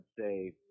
say